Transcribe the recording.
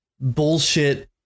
bullshit